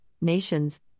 nations